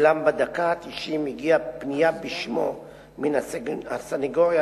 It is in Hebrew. אולם בדקה התשעים הגיעה פנייה בשמו מן הסניגוריה